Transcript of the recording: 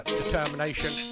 determination